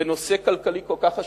בנושא כלכלי כל כך חשוב,